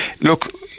look